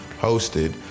hosted